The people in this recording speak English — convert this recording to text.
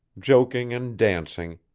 joking and dancing,